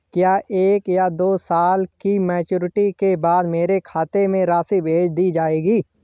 क्या एक या दो साल की मैच्योरिटी के बाद मेरे खाते में राशि भेज दी जाएगी?